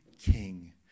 king